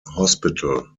hospital